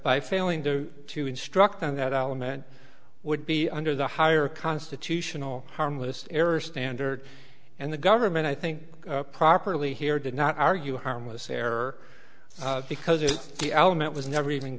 by failing to to instruct them that element would be under the higher constitutional harmless error standard and the government i think properly here did not argue harmless error because if the element was never even